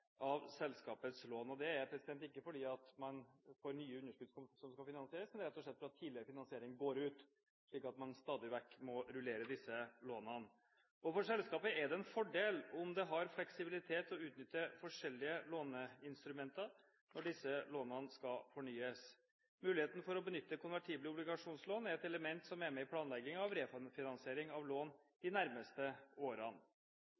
selskapets lån. Det er ikke fordi man får nye underskudd som skal finansieres, men rett og slett fordi tidligere finansiering går ut, slik at man stadig vekk må rullere disse lånene. For selskapet er det en fordel om det har fleksibilitet til å utnytte forskjellige låneinstrumenter når disse lånene skal fornyes. Muligheten for å benytte konvertible obligasjonslån er et element som er med i planleggingen av refinansiering av lån de nærmeste årene.